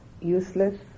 useless